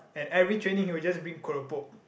and every training he will just bring keropok